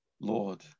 Lord